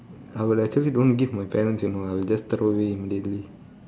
I would actually don't give to my parent you know I would just throw it immediately